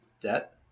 debt